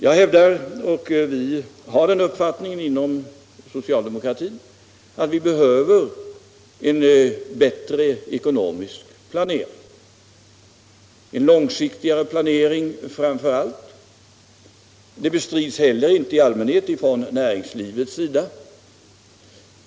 Vi har inom socialdemokratin den uppfattningen att vi behöver en bättre ekonomisk planering, framför allt en långsiktigare planering. Det bestrids i allmänhet inte heller från näringslivets sida.